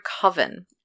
coven